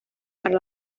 para